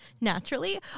naturally